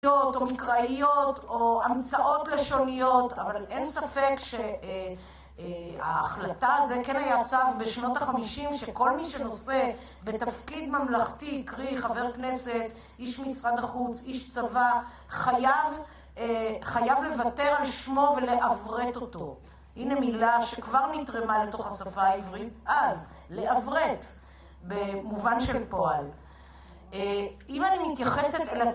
או מקראיות או המצאות לשוניות אבל אין ספק שההחלטה הזה, כן היה צו בשנות ה-50 שכל מי שנושא בתפקיד ממלכתי קרי חבר כנסת, איש משרד החוץ, איש צבא חייב לוותר על שמו ולעברת אותו, הנה מילה שכבר נטרמה לתוך השפה העברית אז, לעברת במובן של פועל. אם אני מתייחסת ל